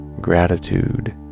gratitude